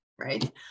right